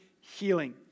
healing